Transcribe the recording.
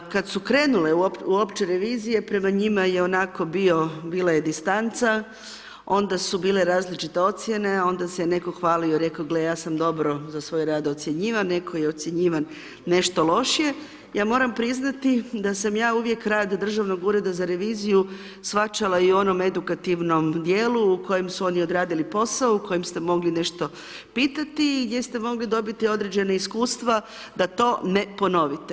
Kad su krenule uopće revizije, prema njima je onako bio, bila je distanca, onda su bile različite ocjene, onda se je netko hvalio i rekao gle ja sam dobro za svoj rad ocjenjivan, netko je ocjenjivan nešto lošije, ja moram priznati da sam ja uvijek rad Državnog ureda za reviziju, shvaćala i onom edukativnom dijelu, u kojem su oni odradili posao, u kojem ste mogli nešto pitati i gdje ste mogli dobiti određena iskustva da to ne ponovite.